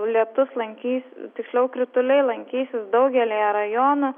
lietus lankys tiksliau krituliai lankysis daugelyje rajonų